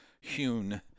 hewn